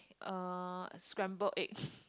uh scrambled egg